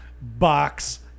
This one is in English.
box